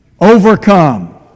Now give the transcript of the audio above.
overcome